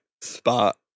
spot